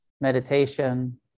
Meditation